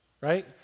right